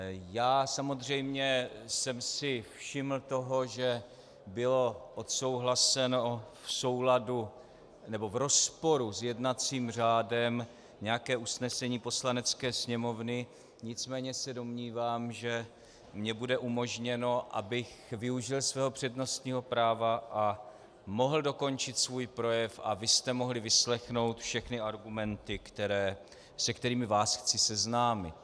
Já samozřejmě jsem si všiml toho, že bylo odsouhlaseno v rozporu s jednacím řádem nějaké usnesení Poslanecké sněmovny, nicméně se domnívám, že mně bude umožněno, abych využil svého přednostního práva a mohl dokončit svůj projev a vy jste mohli vyslechnout všechny argumenty, se kterými vás chci seznámit.